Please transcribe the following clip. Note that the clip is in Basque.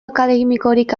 akademikorik